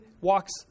walks